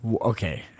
Okay